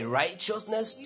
righteousness